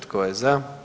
Tko je za?